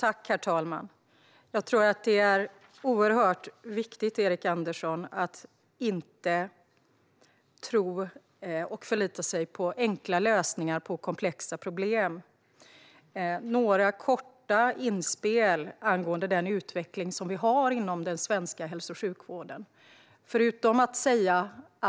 Herr talman! Jag tror att det är oerhört viktigt, Erik Andersson, att inte tro och förlita sig på enkla lösningar på komplexa problem. Jag ska göra några korta inspel angående den utveckling som vi har inom den svenska hälso och sjukvården.